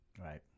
Right